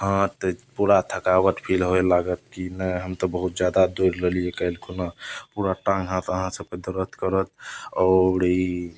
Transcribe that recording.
हाथ पूरा थकावट फील होइ लागत की नहि हम तऽ बहुत जादा दौड़ लेलियै काल्हि खुना पूरा टाङ्ग हाथ अहाँके सबके दर्द करत आओर ई